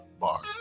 Bars